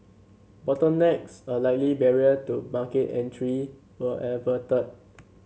bottlenecks a likely barrier to market entry were averted